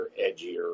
edgier